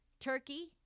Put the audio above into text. Turkey